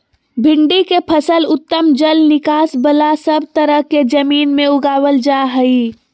भिंडी के फसल उत्तम जल निकास बला सब तरह के जमीन में उगावल जा हई